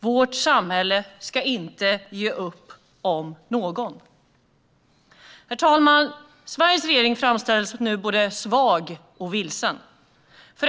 Vårt samhälle ska inte ge upp om någon. Herr talman! Sveriges regering framstår nu som både svag och vilsen.